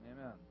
Amen